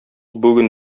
бүген